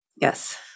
Yes